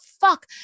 fuck